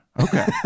Okay